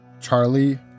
Charlie